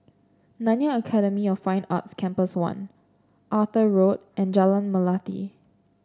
Nanyang Academy of Fine Arts Campus One Arthur Road and Jalan Melati